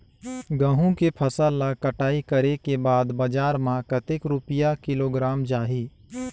गंहू के फसल ला कटाई करे के बाद बजार मा कतेक रुपिया किलोग्राम जाही?